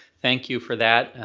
thank you for that,